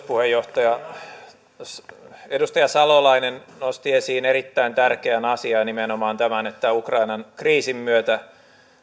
puheenjohtaja edustaja salolainen nosti esiin erittäin tärkeän asian nimenomaan tämän että ukrainan kriisin myötä